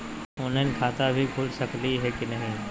Online खाता भी खुल सकली है कि नही?